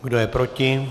Kdo je proti?